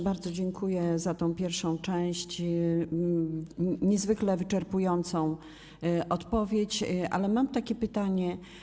Bardzo dziękuję za tę pierwszą część, za niezwykle wyczerpującą odpowiedź, ale mam pytanie.